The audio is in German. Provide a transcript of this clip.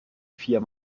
vier